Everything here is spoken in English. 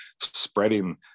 spreading